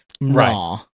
Right